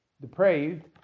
depraved